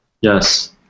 Yes